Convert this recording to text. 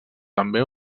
també